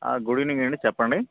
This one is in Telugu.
గుడ్ ఈవెనింగ్ అండి చెప్పండి